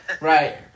Right